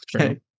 Okay